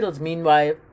meanwhile